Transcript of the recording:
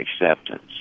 acceptance